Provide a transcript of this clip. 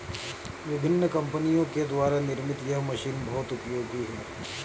विभिन्न कम्पनियों के द्वारा निर्मित यह मशीन बहुत उपयोगी है